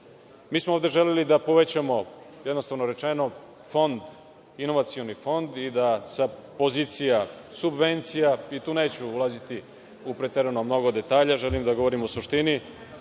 smo ovde želeli da povećamo, jednostavno rečno, inovacioni fond i da sa pozicija subvencija, i tu neću ulaziti u preterano mnogo detalja, želim da govorim o suštini,